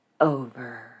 over